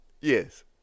Yes